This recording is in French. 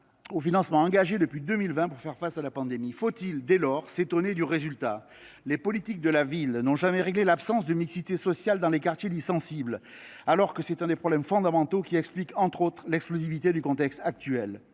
des dépenses engagées depuis 2020 pour faire face à la pandémie. Faut il dès lors s’étonner du résultat ? Les politiques de la ville n’ont jamais réglé l’absence de mixité sociale dans les quartiers dits sensibles, alors que c’est l’un des problèmes fondamentaux qui explique, entre autres, l’explosivité du contexte actuel.